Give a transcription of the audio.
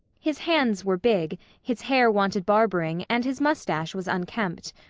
his hands were big, his hair wanted barbering, and his moustache was unkempt.